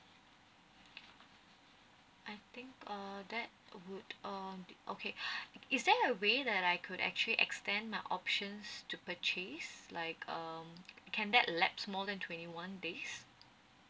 I think uh that would uh okay is there a way that I could actually extend my options to purchase like um can that laps more than twenty one days